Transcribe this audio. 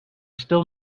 still